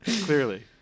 Clearly